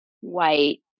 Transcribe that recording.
white